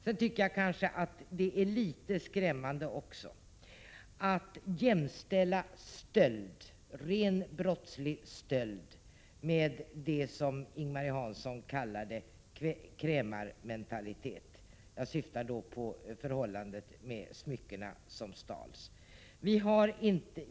Sedan tycker jag också att det är litet skrämmande när man jämställer stöld, ren brottslig stöld, med det som Ing-Marie Hansson kallade krämarmentalitet — jag syftar på förhållandet med smyckena som stals.